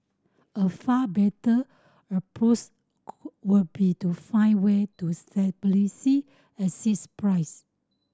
a far better approach were be to find way to stabilising assist price